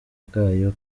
bwayo